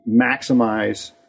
maximize